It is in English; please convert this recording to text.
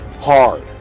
hard